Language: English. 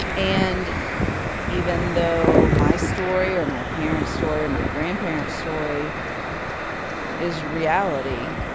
and even though my story or my parents' story or my grandparents' story is reality,